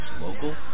local